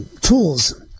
tools